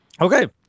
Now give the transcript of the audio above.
Okay